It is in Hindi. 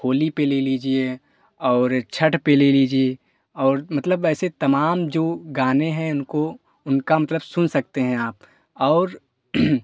होली पर ले लिजिए और छठ पर ले लीजिए और मतलब ऐसे तमाम जो गाने हैं उनको उनका मतलब सुन सकते हैं आप और